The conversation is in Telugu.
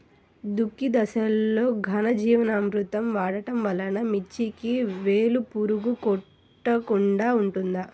దుక్కి దశలో ఘనజీవామృతం వాడటం వలన మిర్చికి వేలు పురుగు కొట్టకుండా ఉంటుంది?